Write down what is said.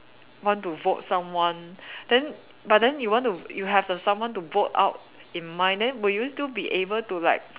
want to vote someone then but then you want to you have a someone to vote out in mind then will you still be able to like